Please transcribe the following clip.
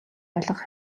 ойлгох